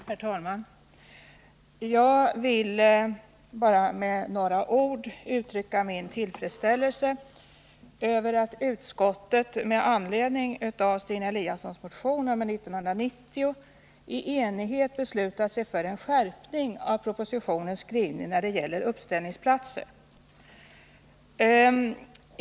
Herr talman! Jag vill bara med några ord uttrycka min tillfredsställelse över att utskottet med anledning av Stina Eliassons motion nr 1990 i enighet beslutat sig för en skärpning av propositionens skrivning när det gäller uppställningsplatser.